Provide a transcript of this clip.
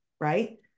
right